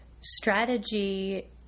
strategy